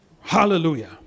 Hallelujah